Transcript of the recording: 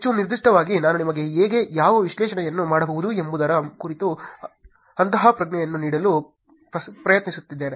ಹೆಚ್ಚು ನಿರ್ದಿಷ್ಟವಾಗಿ ನಾನು ನಿಮಗೆ ಹೇಗೆ ಯಾವ ವಿಶ್ಲೇಷಣೆಯನ್ನು ಮಾಡಬಹುದು ಎಂಬುದರ ಕುರಿತು ಅಂತಃಪ್ರಜ್ಞೆಯನ್ನು ನೀಡಲು ಪ್ರಯತ್ನಿಸುತ್ತಿದ್ದೇನೆ